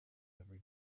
every